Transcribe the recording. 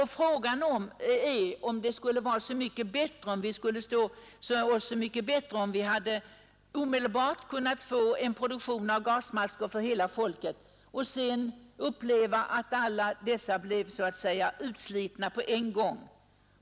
Frågan är, om vi skulle bli så mycket bättre ställda om produktionen omedelbart hade kunnat få fram gasmasker för hela folket. Sedan skulle man uppleva att alla dessa gasmasker skulle behöva kasseras på en gång.